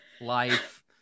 life